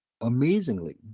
Amazingly